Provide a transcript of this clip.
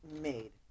made